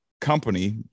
company